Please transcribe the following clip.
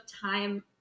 time